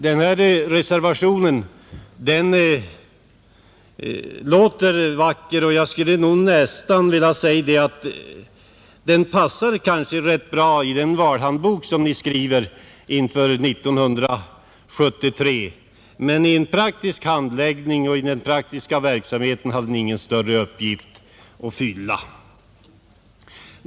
Den reservation det här gäller låter vacker, och jag skulle nästan vilja säga att den passar rätt bra i den valhandbok som ni skriver inför 1973, men i den praktiska verksamheten har den ingen större uppgift att fylla.